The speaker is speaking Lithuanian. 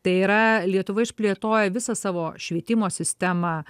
tai yra lietuva išplėtoja visą savo švietimo sistemą